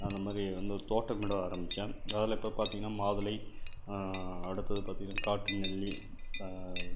அந்தமாதிரி வந்து ஒரு தோட்டமிட ஆரம்பித்தேன் அதில் இப்போ பார்த்திங்கனா மாதுளை அடுத்தது பார்த்திங்கனா காட்ரு நெல்லி